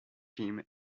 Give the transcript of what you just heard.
teams